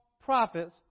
prophets